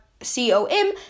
c-o-m